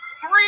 Three